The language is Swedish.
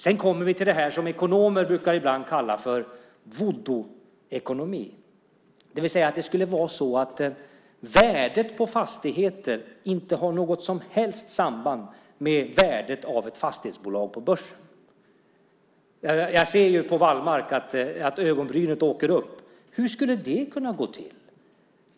Sedan har vi det som ekonomer ibland kallar för voodooekonomi, det vill säga att värdet på fastigheter inte skulle ha något som helst samband med värdet av ett fastighetsbolag på börsen. Jag ser att Wallmarks ögonbryn åker upp. Hur skulle det gå till?